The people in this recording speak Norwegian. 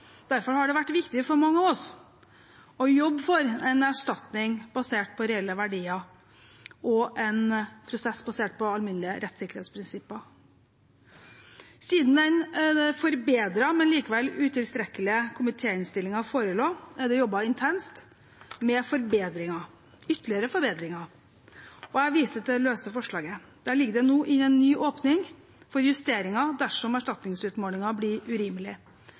Derfor har det vært viktig for mange av oss å jobbe for en erstatning basert på reelle verdier og en prosess basert på alminnelige rettssikkerhetsprinsipper. Siden den forbedrede, men likevel utilstrekkelige, komitéinnstillingen forelå, er det jobbet intenst med forbedringer, og ytterligere forbedringer. Jeg viser til det løse forslaget. Der ligger det inne en ny åpning for justeringer dersom erstatningsutmålingen blir urimelig.